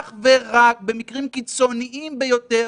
על הנגיף אך ורק במקרים קיצוניים ביותר